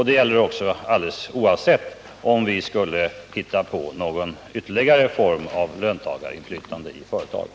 Det gäller också alldeles oavsett om vi kan tänkas komma fram till någon ny form av löntagarinflytande i företagen.